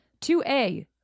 2A